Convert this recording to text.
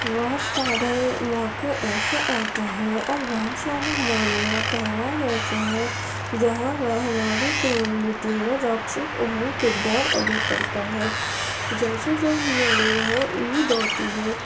بہت سارے موقعے ایسے آتے ہیں اور بہت سارے ہمارے یہاں تہوار ایسے ہیں جہاں ہماری کمیونٹی میں رقص ایک اہم کردار ادا کرتا ہے جیسے جب ہمارے یہاں عید آتی ہے